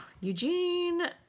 Eugene